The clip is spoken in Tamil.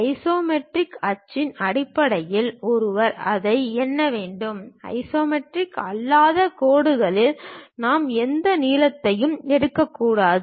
ஐசோமெட்ரிக் அச்சின் அடிப்படையில் ஒருவர் அதை எண்ண வேண்டும் ஐசோமெட்ரிக் அல்லாத கோடுகளில் நாம் எந்த நீளத்தையும் எடுக்கக்கூடாது